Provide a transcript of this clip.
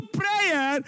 prayer